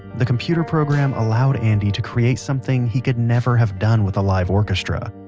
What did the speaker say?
the computer program allowed andy to create something he could never have done with a live orchestra,